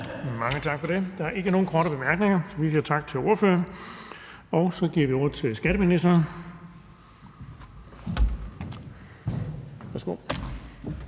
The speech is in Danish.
Mange tak for det. Der er ikke nogen korte bemærkninger. Vi siger tak til ordføreren, og så giver vi ordet til skatteministeren. Værsgo.